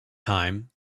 time